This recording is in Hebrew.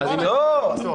עכשיו מגיפה משתוללת.